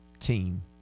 Team